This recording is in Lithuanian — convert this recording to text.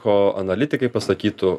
ko analitikai pasakytų